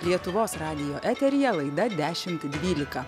lietuvos radijo eteryje laida dešimt dvylika